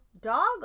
dog